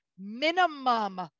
Minimum